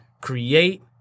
create